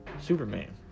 Superman